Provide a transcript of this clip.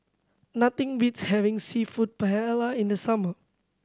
nothing beats having Seafood Paella in the summer